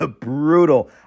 brutal